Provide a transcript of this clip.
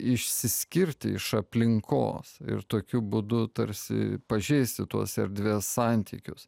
išsiskirti iš aplinkos ir tokiu būdu tarsi pažeisti tos erdvės santykius